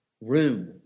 room